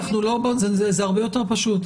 זה הרבה יותר פשוט,